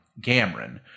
Gamron